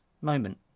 moment